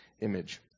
image